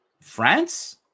France